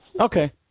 Okay